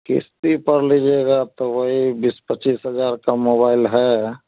किश्त पर लीजिएगा तो वही बीस पच्चीस हज़ार का मोबाइल है